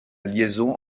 liaison